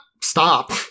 stop